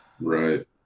right